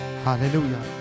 Hallelujah